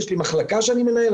יש לי מחלקה שאני מנהל,